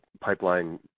pipeline